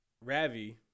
Ravi